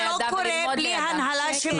וזה לא קורה בלי הנהלה שמסכימה.